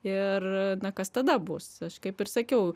ir na kas tada bus kaip ir sakiau